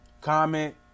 Comment